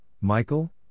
Michael